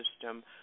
system